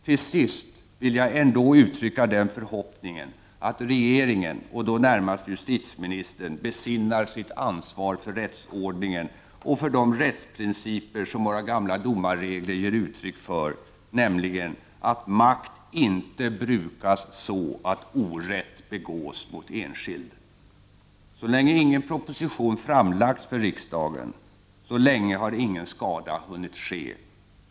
Till sist vill jag ändå uttrycka den förhoppningen att regeringen, och då närmast justitieministern, besinnar sitt ansvar för rättsordningen och för de rättsprinciper som våra gamla domarregler ger uttryck för, nämligen att makt inte brukas så att orätt begås mot enskild. Så länge ingen proposition framlagts för riksdagen har ingen skada hunnit ske.